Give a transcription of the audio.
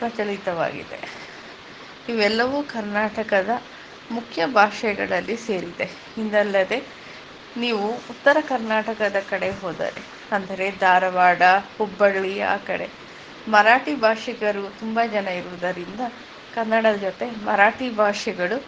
ಪ್ರಚಲಿತವಾಗಿದೆ ಇವೆಲ್ಲವೂ ಕರ್ನಾಟಕದ ಮುಖ್ಯ ಭಾಷೆಗಳಲ್ಲಿ ಸೇರಿದೆ ಹಿಂದಲ್ಲದೆ ನೀವು ಉತ್ತರ ಕರ್ನಾಟಕದ ಕಡೆ ಹೋದರೆ ಅಂದರೆ ಧಾರವಾಡ ಹುಬ್ಬಳ್ಳಿ ಆ ಕಡೆ ಮರಾಠಿ ಭಾಷಿಗರು ತುಂಬ ಜನ ಇರುವುದರಿಂದ ಕನ್ನಡದ ಜೊತೆ ಮರಾಠಿ ಭಾಷೆಗಳು